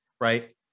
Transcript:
right